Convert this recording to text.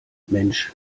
mensch